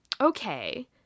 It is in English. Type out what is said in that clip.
okay